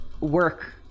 work